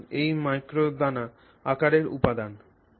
সুতরাং এটি ম্যাক্রো দানা আকারের উপাদান